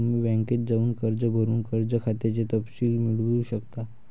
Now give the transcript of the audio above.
तुम्ही बँकेत जाऊन अर्ज करून कर्ज खात्याचे तपशील मिळवू शकता